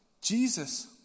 Jesus